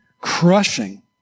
crushing